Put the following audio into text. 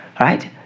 right